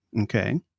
Okay